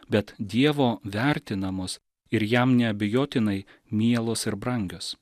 bet dievo vertinamos ir jam neabejotinai mielos ir brangios